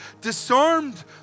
disarmed